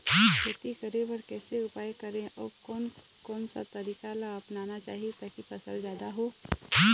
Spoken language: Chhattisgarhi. खेती करें बर कैसे उपाय करें अउ कोन कौन सा तरीका ला अपनाना चाही ताकि फसल जादा हो?